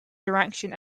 direction